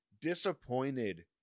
disappointed